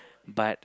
but